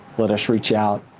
let us reach out.